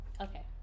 Okay